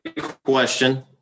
question